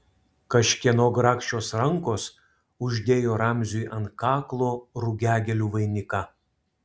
kažkieno grakščios rankos uždėjo ramziui ant kaklo rugiagėlių vainiką